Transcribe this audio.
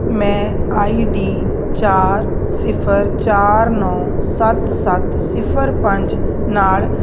ਮੈਂ ਆਈਡੀ ਚਾਰ ਸਿਫਰ ਚਾਰ ਨੌਂ ਸੱਤ ਸੱਤ ਸਿਫਰ ਪੰਜ ਨਾਲ